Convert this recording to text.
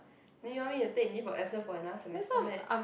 then you want me to take leave for absence for another semester meh